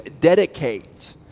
dedicate